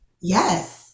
Yes